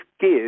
give